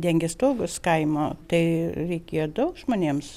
dengė stogus kaimo tai reikėjo daug žmonėms